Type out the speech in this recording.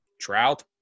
trout